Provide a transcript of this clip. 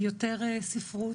יותר ספרות,